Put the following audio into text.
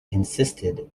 insisted